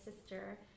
sister